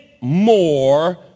more